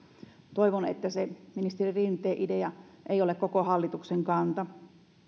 toivon että ministeri rinteen idea ei ole koko hallituksen kanta